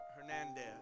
Hernandez